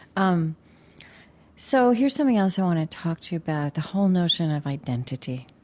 um so here's something else i want to talk to you about the whole notion of identity.